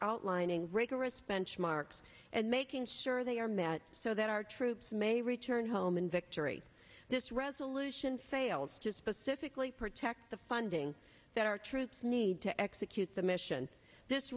outlining rigorous benchmarks and making sure they are met so that our troops may return home in victory this resolution fails to specifically protect the funding that our troops need to execute the mission this